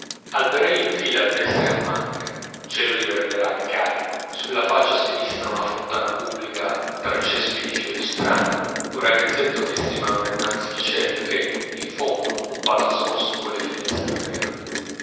alberelli in fila a destra ed a manca cielo di verderame carico sulla faccia a sinistra una fontana pubblica tra cespi di fiori strani un ragazzetto che si manda innanzi il cerchio e in fondo un palazzo rosso con le finestre verdi